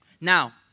Now